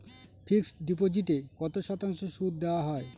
Fixed ডিপোজিটে কত শতাংশ সুদ দেওয়া হয়?